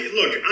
look